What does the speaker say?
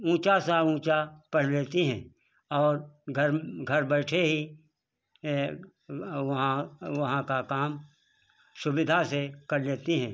ऊँचा सा ऊँचा पढ़ लेती हैं और घर घर बैठे ही और वहाँ वहाँ का काम सुविधा से कर लेती हैं